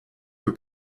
für